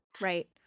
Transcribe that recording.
Right